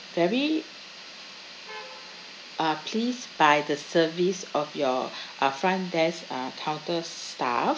very uh pleased by the service of your uh front desk uh counter staff